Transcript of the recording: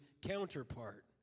counterpart